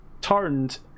turned